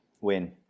Win